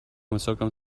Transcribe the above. высоком